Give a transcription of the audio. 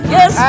Yes